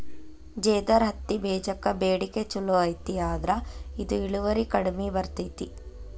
ಜೇದರ್ ಹತ್ತಿಬೇಜಕ್ಕ ಬೇಡಿಕೆ ಚುಲೋ ಐತಿ ಆದ್ರ ಇದು ಇಳುವರಿ ಕಡಿಮೆ ಬರ್ತೈತಿ